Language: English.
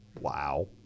Wow